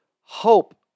hope